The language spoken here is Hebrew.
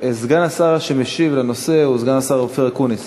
סגן השר שמשיב בנושא הוא סגן השר אופיר אקוניס.